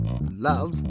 love